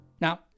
Now